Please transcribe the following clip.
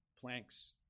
planks